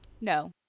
No